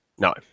No